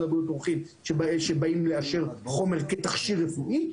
הבריאות עורכים כשבאים לאשר חומר כתכשיר רפואי.